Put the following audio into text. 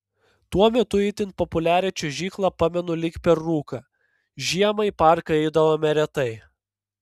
tuo metu itin populiarią čiuožyklą pamenu lyg per rūką žiemą į parką eidavome retai